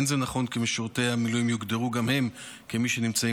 אין זה נכון כי משרתי המילואים יוגדרו גם הם כמי שנמצאים